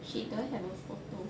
she don't have a photo